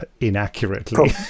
inaccurately